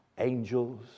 angels